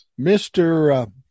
Mr